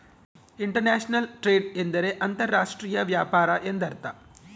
inter national trade ಎಂದರೆ ಅಂತರ್ ರಾಷ್ಟ್ರೀಯ ವ್ಯಾಪಾರ ಎಂದರ್ಥ